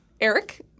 Eric